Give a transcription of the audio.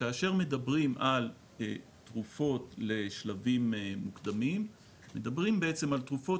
כאשר מדברים על תרופות לשלבים מוקדמים מדברים בעצם על תרופות